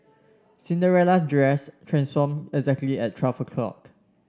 Cinderella dress transformed exactly at twelve o'clock